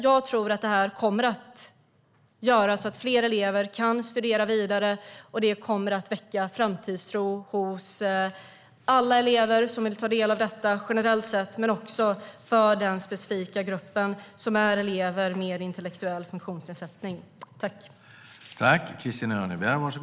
Jag tror att det här kommer att göra att fler elever kan studera vidare och att det kommer att väcka framtidstro hos alla elever som vill ta del av detta generellt sett men också för den specifika gruppen elever med intellektuell funktionsnedsättning.